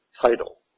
title